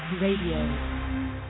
Radio